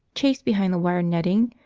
chased behind the wire netting,